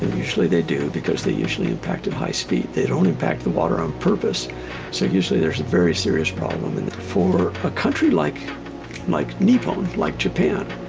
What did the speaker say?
and usually they do because they usually impact at high speed. they don't impact the water on purpose so usually there's a very serious problem and for a country like like nippon, like japan,